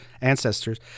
ancestors